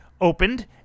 opened